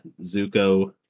Zuko